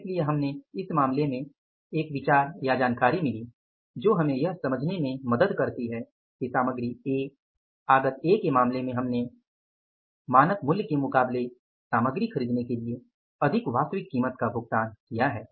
इसलिए पहले मामले में हमें एक विचार या जानकारी मिली जो हमें यह समझने में मदद करती है कि सामग्री ए आगत ए के मामले में हमने मानक मूल्य के मुकाबले सामग्री खरीदने के लिए अधिक वास्तविक कीमत का भुगतान किया है